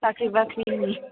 साख्रि बाख्रिनि